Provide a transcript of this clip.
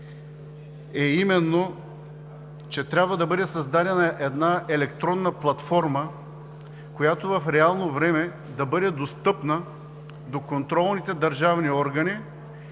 е именно, че трябва да бъде създадена една електронна платформа, която в реално време да бъде достъпна до контролните държавни органи